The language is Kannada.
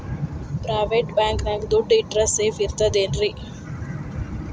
ಪ್ರೈವೇಟ್ ಬ್ಯಾಂಕ್ ನ್ಯಾಗ್ ದುಡ್ಡ ಇಟ್ರ ಸೇಫ್ ಇರ್ತದೇನ್ರಿ?